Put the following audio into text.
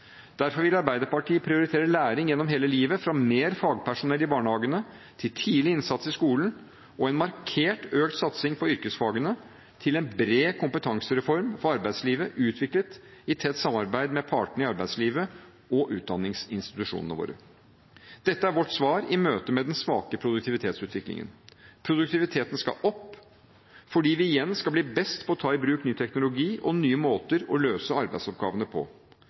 Derfor vil Arbeiderpartiet prioritere læring gjennom hele livet – fra mer fagpersonell i barnehagene til tidlig innsats i skolen, en markert økt satsing på yrkesfagene til en bred kompetansereform for arbeidslivet utviklet i tett samarbeid med partene i arbeidslivet og utdanningsinstitusjonene våre. Dette er vårt svar i møte med den svake produktivitetsutviklingen. Produktiviteten skal opp fordi vi igjen skal bli best på å ta i bruk ny teknologi og nye måter å løse arbeidsoppgavene på.